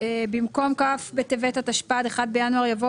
במקום "כ' בטבת התשפ"ד (1 בינואר)" יבוא